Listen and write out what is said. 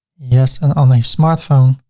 yes and on a smartphone.